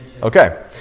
Okay